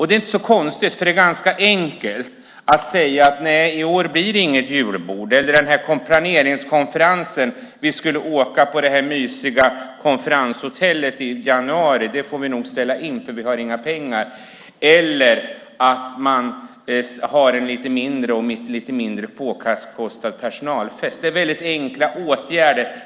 Det är inte så konstigt eftersom det är ganska enkelt att säga: Nej, i år blir det inte något julbord. Eller också kanske man säger: Den planeringskonferens på det mysiga konferenshotellet som vi skulle åka till i januari får vi nog ställa in eftersom vi inte har några pengar. I stället har man kanske en lite mindre påkostad personalfest. Men det handlar om väldigt enkla åtgärder.